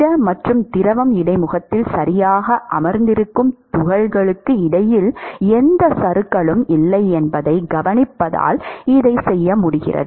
திட மற்றும் திரவம் இடைமுகத்தில் சரியாக அமர்ந்திருக்கும் துகள்களுக்கு இடையில் எந்த சறுக்கலும் இல்லை என்பதைக் கவனிப்பதால் இதைச் செய்ய முடிகிறது